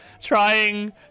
Trying